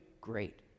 Great